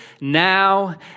now